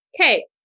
okay